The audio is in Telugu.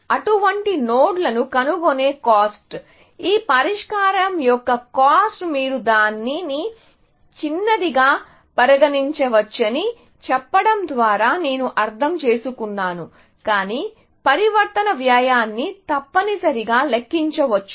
అటువంటి నోడ్లను కనుగొనే కాస్ట్ ఈ పరిష్కారం యొక్క కాస్ట్ మీరు దానిని చిన్నదిగా పరిగణించవచ్చని చెప్పడం ద్వారా నేను అర్థం చేసుకున్నాను కాని పరివర్తన వ్యయాన్ని తప్పనిసరి గా లెక్కించవచ్చు